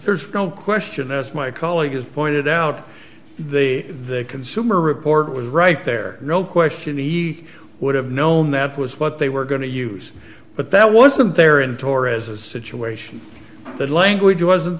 there's no question as my colleague has pointed out the consumer report was right there no question he would have known that was what they were going to use but that wasn't there in torres's situation that language wasn't